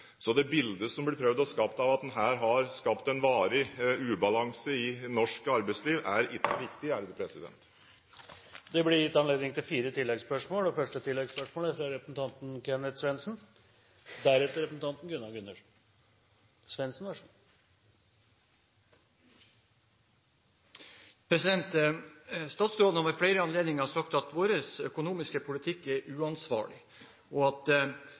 Så det bildet som blir prøvd skapt av at en her har skapt en varig ubalanse i norsk arbeidsliv, er ikke riktig. Det blir gitt anledning til fire oppfølgingsspørsmål – først Kenneth Svendsen. Statsråden har ved flere anledninger sagt at vår økonomiske politikk er uansvarlig, og at